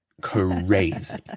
crazy